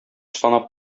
санап